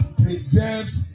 preserves